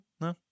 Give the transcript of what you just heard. No